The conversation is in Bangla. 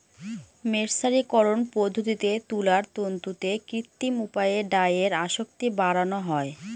মের্সারিকরন পদ্ধতিতে তুলার তন্তুতে কৃত্রিম উপায়ে ডাইয়ের আসক্তি বাড়ানো হয়